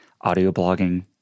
audio-blogging